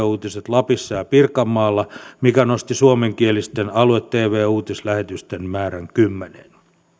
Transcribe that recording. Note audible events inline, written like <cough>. <unintelligible> uutiset lapissa ja pirkanmaalla mikä nosti suomenkielisten alue tv uutislähetysten määrän kymmeneen